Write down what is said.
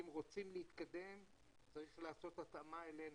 אם רוצים להתקדם צריך לעשות התאמה אלינו,